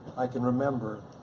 i can remember,